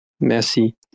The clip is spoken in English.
Merci